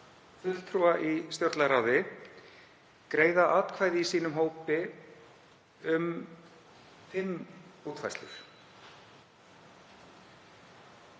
fulltrúa í stjórnlagaráði greiða atkvæði í sínum hópi um fimm útfærslur.